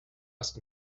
ask